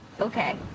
okay